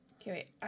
Okay